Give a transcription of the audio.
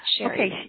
Okay